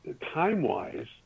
time-wise